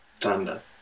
thunder